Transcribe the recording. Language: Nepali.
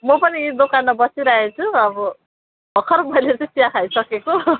म पनि यी दोकानमा बसिरहेछु अब भर्खर मैले चाहिँ चिया खाइसकेको